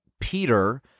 Peter